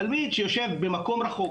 תלמיד שיושב במקום רחוק,